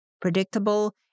predictable